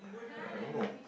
uh I don't know